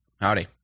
Howdy